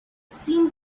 seemed